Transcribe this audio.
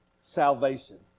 salvation